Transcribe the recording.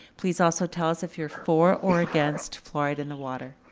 please also tell us if you're for or against fluoridate in the water.